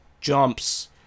jumps